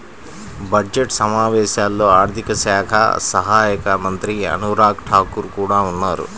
budget సమావేశాల్లో ఆర్థిక శాఖ సహాయక మంత్రి అనురాగ్ ఠాకూర్ కూడా ఉన్నారు